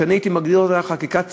שאני הייתי מגדיר אותה חקיקה צרכנית,